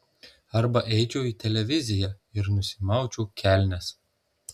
arba eičiau į televiziją ir nusimaučiau kelnes